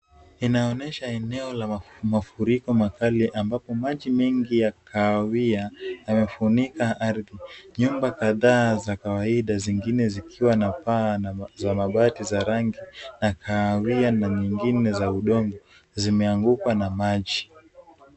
Inaonesha eneo la mafuriko makali ambapo maji mengi ya kahawia yamefunika ardhi. Nyumba kadhaa za kawaida zingine zikiwa na paa za mabati za rangi la kahawia na nyingine za udongo zimeangukwa na maji.